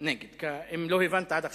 אתה תצביע בעד או נגד?